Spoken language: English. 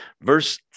Verse